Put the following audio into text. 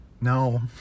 no